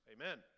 Amen